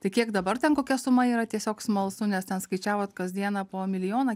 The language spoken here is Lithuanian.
tai kiek dabar ten kokia suma yra tiesiog smalsu nes ten skaičiavot kasdieną po milijoną